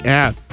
app